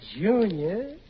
Junior